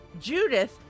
Judith